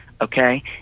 okay